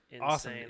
awesome